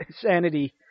sanity